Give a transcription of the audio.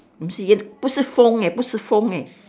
mm si 不是风 eh 不是风 eh